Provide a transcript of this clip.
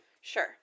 Sure